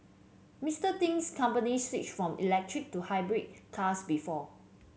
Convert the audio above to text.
Mister Ting's company switched from electric to hybrid cars before